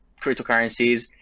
cryptocurrencies